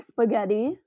spaghetti